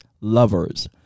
Lovers